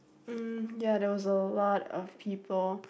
mm ya there was a lot of people